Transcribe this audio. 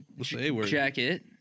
jacket